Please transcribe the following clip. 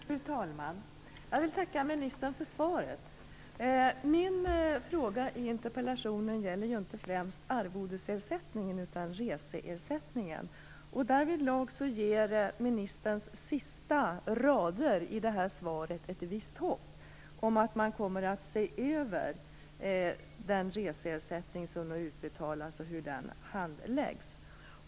Fru talman! Jag vill tacka ministern för svaret. Min fråga i interpellationen gäller inte främst arvodesersättningen, utan den gäller reseersättningen. Därvidlag ger ministerns sista rader i svaret ett visst hopp om att man kommer att se över den reseersättning som utbetalas och hur den handläggs.